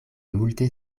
multe